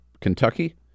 Kentucky